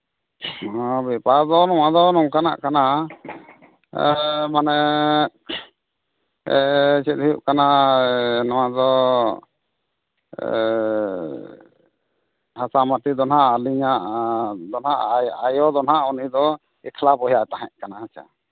ᱦᱚᱸ ᱵᱮᱯᱟᱨ ᱫᱚ ᱱᱚᱣᱟ ᱫᱚ ᱱᱚᱝᱠᱟᱱᱟᱜ ᱠᱟᱱᱟ ᱢᱟᱱᱮ ᱪᱮᱫ ᱦᱩᱭᱩᱜ ᱠᱟᱱᱟ ᱱᱚᱣᱟ ᱫᱚ ᱦᱟᱥᱟᱼᱢᱟᱹᱴᱤ ᱫᱚ ᱱᱟᱜ ᱟᱹᱞᱤᱧᱟᱜ ᱫᱚ ᱱᱟᱜ ᱟᱭᱳ ᱫᱚ ᱱᱟᱜ ᱩᱱᱤ ᱫᱚ ᱮᱠᱞᱟ ᱵᱚᱭᱦᱟᱭ ᱛᱟᱦᱮᱸ ᱠᱟᱱᱟ ᱦᱮᱸᱥᱮ